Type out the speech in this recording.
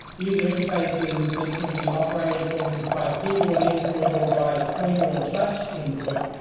user interfaces that can be operated, for instance, by keyboard input or by pointer or touch input,